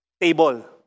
table